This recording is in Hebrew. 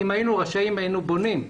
אם היינו רשאים, היינו בונים.